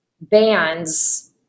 bands